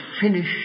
finish